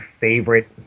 favorite